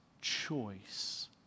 choice